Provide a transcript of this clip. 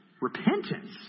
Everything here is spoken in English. Repentance